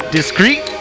Discreet